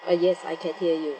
uh yes I can hear you